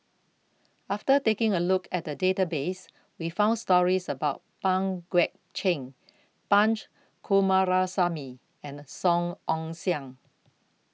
after taking A Look At The Database We found stories about Pang Guek Cheng Punch Coomaraswamy and Song Ong Siang